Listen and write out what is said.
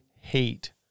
hate